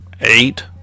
eight